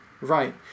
Right